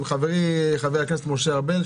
עם חברי חבר הכנסת משה ארבל,